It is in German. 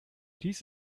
dies